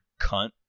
cunt